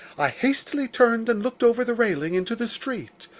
i hastily turned and looked over the railing into the street.